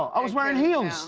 i was wearing heels!